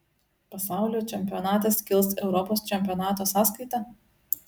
pasaulio čempionatas kils europos čempionato sąskaita